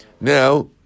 now